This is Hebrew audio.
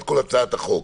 למה?